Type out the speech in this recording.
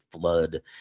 flood